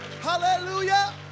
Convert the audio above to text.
Hallelujah